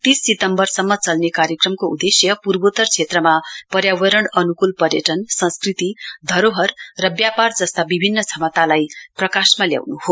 तीस सितम्वरसम्म चल्ने कार्यक्रमको उदेश्य पूर्वोत्तर क्षेत्रमा पर्यावरण अनुकूल पर्यटन संस्कृति धरोहर र व्यापार जस्ता विभिन्न क्षमतालाई प्रकाशमा ल्याउनु हो